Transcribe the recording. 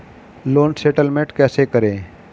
Loan settlement कैसे करें?